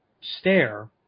stare